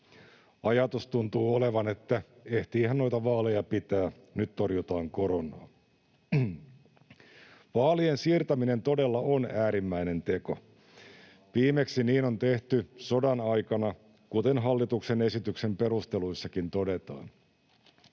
Ajatus tuntuu olevan, että ehtiihän noita vaaleja pitää, nyt torjutaan koronaa. Vaalien siirtäminen todella on äärimmäinen teko. Viimeksi niin on tehty sodan aikana, kuten hallituksen esityksen perusteluissakin todetaan.